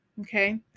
Okay